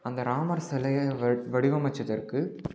அந்த ராமர் சிலைய வடிவமைத்ததற்கு